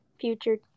future